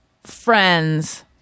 friends